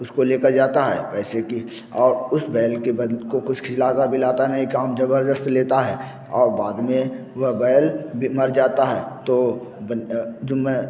उसको ले कर जाता है पैसे कि और उस बैल के बद्ल को कुछ खिलाता पिलाता नहीं काम ज़बरदस्त लेता है और बाद में वह बैल भी मर जाता है तो बन जुम्मे